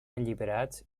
alliberats